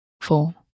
four